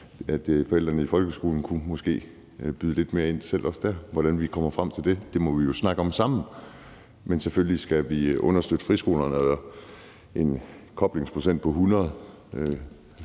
at forældrene i folkeskolen måske selv også kunne byde lidt mere ind der. Hvordan vi kommer frem til det, må vi jo snakke om sammen. Men selvfølgelig skal vi understøtte friskolerne. En koblingsprocent på 100